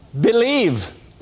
Believe